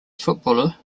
footballer